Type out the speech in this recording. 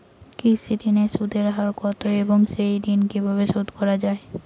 কৃষি ঋণের সুদের হার কত এবং এই ঋণ কীভাবে শোধ করা য়ায়?